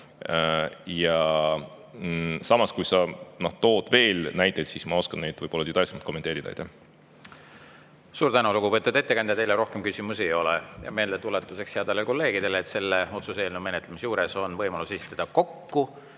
Ja kui sa tood veel näiteid, siis ma oskan neid võib-olla detailsemalt kommenteerida. Suur tänu, lugupeetud ettekandja! Teile rohkem küsimusi ei ole. Meeldetuletuseks headele kolleegidele: otsuse eelnõu menetlemise juures on võimalus esitada kokku